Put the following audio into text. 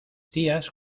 tías